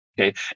okay